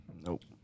Nope